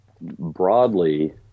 broadly